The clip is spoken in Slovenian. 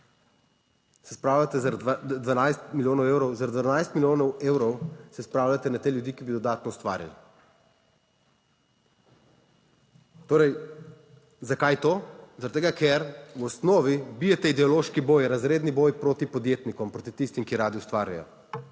Se spravljate zaradi 12 milijonov evrov, zaradi 12 milijonov evrov se spravljate na te ljudi, ki bi dodatno ustvarjali. Torej zakaj to? Zaradi tega, ker v osnovi bijete ideološki boj, razredni boj proti podjetnikom, proti tistim, ki radi ustvarjajo